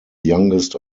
youngest